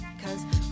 cause